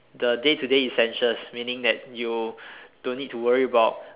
the day to day essentials meaning that you don't need to worry about